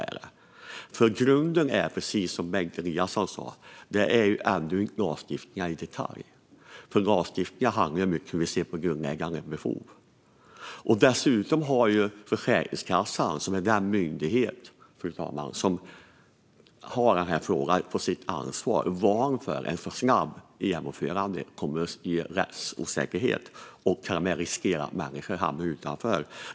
Grunden är ju ändå, precis som Bengt Eliasson sa, lagstiftningen i detalj. Lagstiftningen handlar ju mycket om hur vi ser på grundläggande behov. Dessutom, fru talman, har Försäkringskassan, som är den myndighet som har ansvar för denna fråga, varnat för att ett alltför snabbt genomförande kommer att ge rättsosäkerhet och riskerar att leda till att människor hamnar utanför.